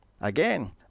Again